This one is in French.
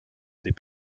des